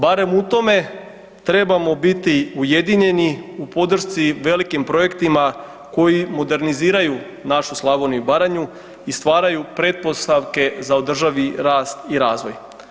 Barem u tome trebamo biti ujedinjeni u podršci velikim projektima koji moderniziraju našu Slavoniju i Baranju i stvaraju pretpostavke za održivi rast i razvoj.